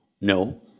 No